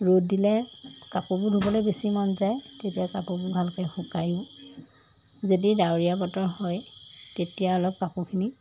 ৰ'দ দিলে কাপোৰবোৰ ধুবলৈ বেছি মন যায় তেতিয়া কাপোৰবোৰ ভালকৈ শুকাইও যদি ডাৱৰীয়া বতৰ হয় তেতিয়া অলপ কাপোৰখিনি